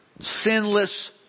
sinless